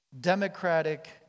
democratic